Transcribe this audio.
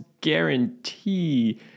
guarantee